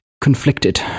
conflicted